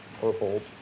purple